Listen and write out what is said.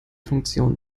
funktion